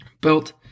built